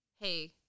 hey